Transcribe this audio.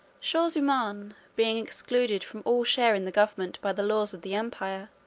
shaw-zummaun, being excluded from all share in the government by the laws of the empire,